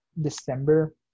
December